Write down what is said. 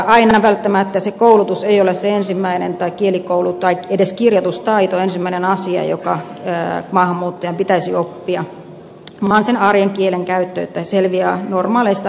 aina välttämättä koulutus tai edes kirjoitustaito ei ole se ensimmäinen tai kielikoulu tai edes kirjoitustaito ensimmäinen asia joka maahanmuuttajan pitäisi oppia vaan sen arjen kielenkäyttö että selviää normaaleista arkisista asioista